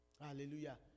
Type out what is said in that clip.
Hallelujah